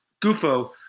Gufo